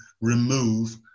remove